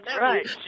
right